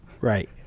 Right